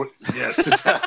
yes